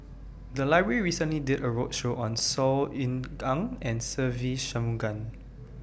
The Library recently did A roadshow on Saw Ean Ang and Se Ve Shanmugam